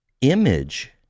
image